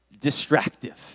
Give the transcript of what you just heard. Distractive